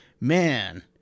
man